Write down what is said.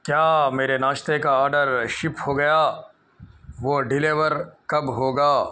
کیا میرے ناشتے کا آرڈر شپ ہو گیا وہ ڈیلیور کب ہوگا